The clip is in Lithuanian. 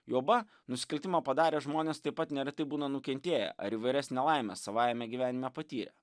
juoba nusikaltimą padarę žmonės taip pat neretai būna nukentėję ar įvairias nelaimes savajame gyvenime patyrę